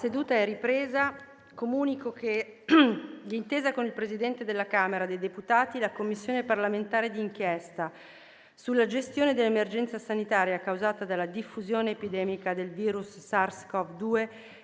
finestra"). Comunico che, d'intesa con il Presidente della Camera dei deputati, la Commissione parlamentare d'inchiesta sulla gestione dell'emergenza sanitaria causata dalla diffusione epidemica del virus SARS-CoV-2